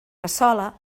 cassola